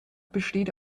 besteht